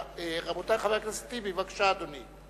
חבר הכנסת טיבי, בבקשה, אדוני.